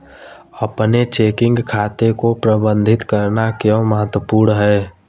अपने चेकिंग खाते को प्रबंधित करना क्यों महत्वपूर्ण है?